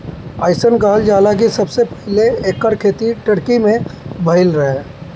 अइसन कहल जाला कि सबसे पहिले एकर खेती टर्की में भइल रहे